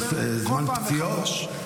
זמן פציעות?